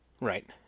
Right